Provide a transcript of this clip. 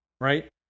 right